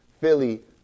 Philly